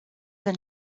than